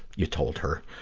you told her.